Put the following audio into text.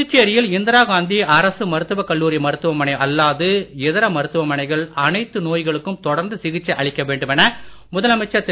புதுச்சேரியில் இந்திரா காந்தி அரசு மருத்துவக் கல்லூரி மருத்துவமனை அல்லாது இதர மருத்துவமனைகள் எல்லா நோய்களுக்கும் தொடர்ந்து சிகிச்சை அளிக்க வேண்டுமென முதலமைச்சர் திரு